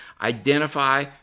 identify